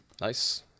Nice